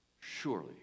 Surely